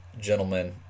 gentlemen